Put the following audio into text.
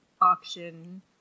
auction